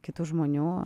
kitų žmonių